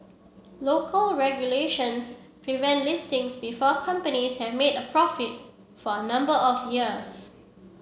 local regulations prevent listings before companies have made a profit for a number of years